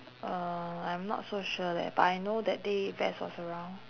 uh I'm not so sure leh but I know that day ves was around